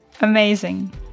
Amazing